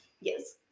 Yes